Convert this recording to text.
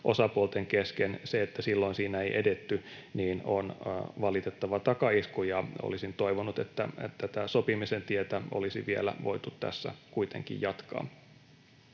työmarkkinaosapuolten kesken. Se, että silloin siinä ei edetty, on valitettava takaisku, ja olisin toivonut, että tätä sopimisen tietä olisi vielä voitu tässä kuitenkin jatkaa.